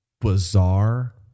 bizarre